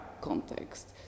context